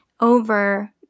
over